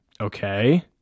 Okay